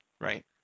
right